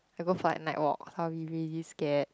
I go fight night walk hungry scared